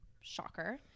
Shocker